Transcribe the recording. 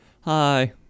Hi